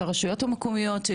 המקומיות.